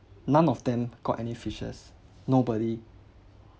none of them caught any fishes nobody